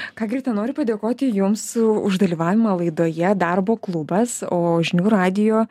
ką gi rita noriu padėkoti jums už dalyvavimą laidoje darbo klubas o žinių radijo